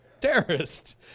terrorist